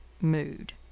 mood